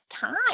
time